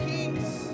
Peace